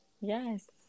Yes